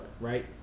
right